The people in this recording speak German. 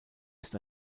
ist